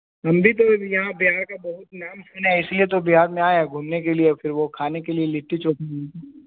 हम भी तो यहाँ बिहार का बहुत नाम सुने है इसीलिए तो बिहार में आए है घूमने के लिए फ़िर वह खाने के लिए लिट्टी चो